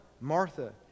Martha